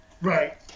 Right